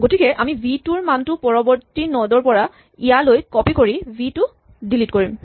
গতিকে আমি ভি টোৰ মানটো পৰৱৰ্তী নড ৰ পৰা ইয়ালৈ কপি কৰি ভি টো ডিলিট কৰি দিম